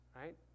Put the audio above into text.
right